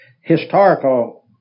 historical